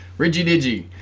reggie digi